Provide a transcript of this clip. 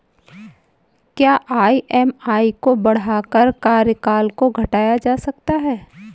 क्या ई.एम.आई को बढ़ाकर कार्यकाल को घटाया जा सकता है?